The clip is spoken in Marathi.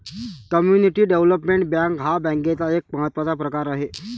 कम्युनिटी डेव्हलपमेंट बँक हा बँकेचा एक महत्त्वाचा प्रकार आहे